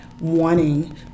wanting